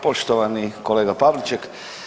Poštovani kolega Pavliček.